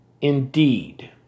indeed